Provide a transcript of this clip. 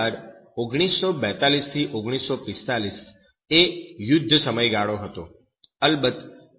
ત્યારબાદ 1942 થી 1945 એ યુદ્ધ સમયગાળો હતો અલબત્ત